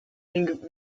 den